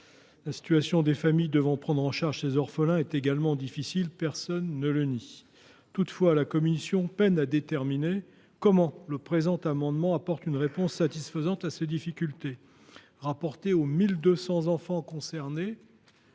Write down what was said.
La situation des familles devant prendre en charge ces orphelins est également difficile – personne ne le nie. Toutefois, la commission peine à déterminer comment le présent amendement peut apporter une réponse satisfaisante à ces difficultés. Rapporté aux 1 200 enfants concernés